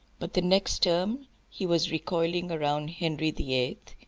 but the next term he was recoiling round henry the eighth,